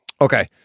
okay